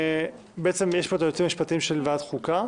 יש פה את היועצים המשפטיים של ועדת החוקה,